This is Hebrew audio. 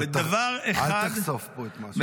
אל תחשוף פה את מה שאומרים.